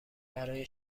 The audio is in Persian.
برای